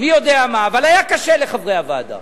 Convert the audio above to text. מי יודע מה אבל היה קשה לחברי הוועדה,